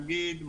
נגיד,